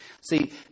See